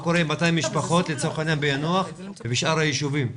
מה קורה עם 200 משפחות ביאנוח ובשאר היישובים?